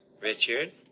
Richard